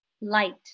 light